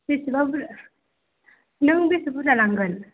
बेसेबां बुरजा नों बेसे बुरजा लांगोन